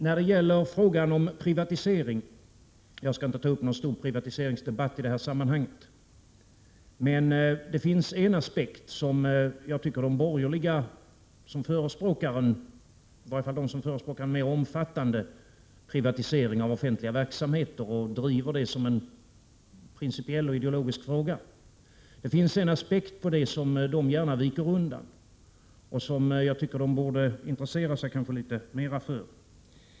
Jag skall inte ta upp någon stor privatiseringsdebatt i det här sammanhanget, men det finns en aspekt på frågan om privatisering som jag tycker att i varje fall de som förespråkar en mer omfattande privatisering av offentliga verksamheter och driver det som en principiell och ideologisk fråga gärna viker undan för men som jag tycker att de borde intressera sig litet mera för.